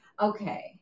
Okay